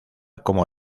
como